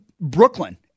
Brooklyn